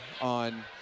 on